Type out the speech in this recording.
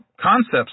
concepts